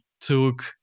took